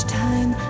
time